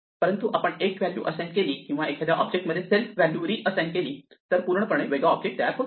परंतु आपण 1 value assign केली किंवा एखाद्या ऑब्जेक्ट मध्ये सेल्फ व्हॅल्यू रीअसाइन केली तर पूर्णपणे वेगळा ऑब्जेक्ट तयार होतो